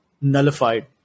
nullified